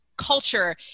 culture